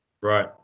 Right